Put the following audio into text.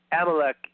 Amalek